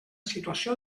situació